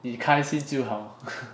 你开心就好